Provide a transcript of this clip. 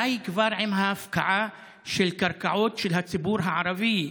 די כבר עם ההפקעה של קרקעות של הציבור הערבי.